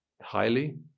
highly